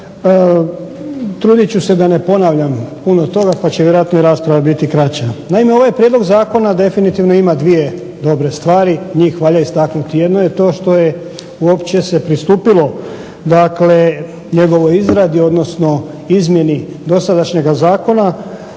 trudit ću se da ne ponavljam puno toga pa će vjerojatno i rasprava biti kraća. Naime ovaj prijedlog zakona definitivno ima dvije dobre stvari, njih valja istaknuti, jedno je to što je uopće se pristupilo dakle njegovoj izradi, odnosno izmjeni dosadašnjega zakona,